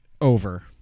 over